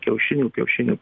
kiaušinių kiaušinių